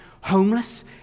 homeless